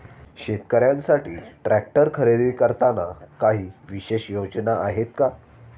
शेतकऱ्यांसाठी ट्रॅक्टर खरेदी करताना काही विशेष योजना आहेत का?